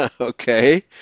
Okay